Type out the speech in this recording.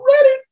ready